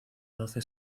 doce